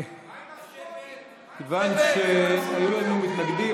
כיוון שהיו לנו מתנגדים,